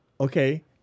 okay